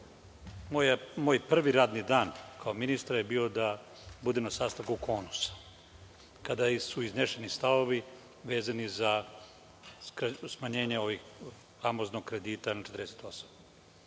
prvi radni dan kao ministra je bio da budem na sastanku KONUSA. Kada su izneseni stavovi vezani za smanjenje ovog famoznog kredita na 48,